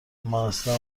امااصلا